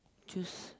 just